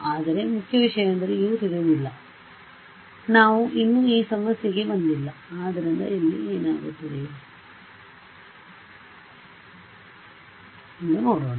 ಆದರೆ ಮುಖ್ಯ ವಿಷಯವೆಂದರೆ U ತಿಳಿದಿಲ್ಲ ನಾವು ಇನ್ನೂ ಆ ಸಮಸ್ಯೆಗೆ ಬಂದಿಲ್ಲ ಆದ್ದರಿಂದ ಇಲ್ಲಿ ಏನಾಗುತ್ತದೆ ಎಂದು ನೋಡೋಣ